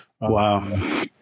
Wow